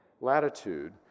latitude